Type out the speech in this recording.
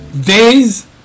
days